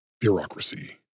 bureaucracy